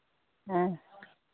हाँ